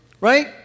right